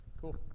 cool